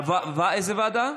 בעד,